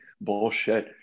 bullshit